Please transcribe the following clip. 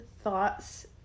thoughts